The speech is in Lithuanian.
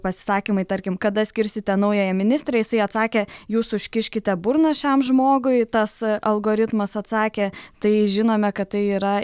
pasisakymai tarkim kada skirsite naująją ministrę jisai atsakė jūs užkiškite burną šiam žmogui tas algoritmas atsakė tai žinome kad tai yra